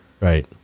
Right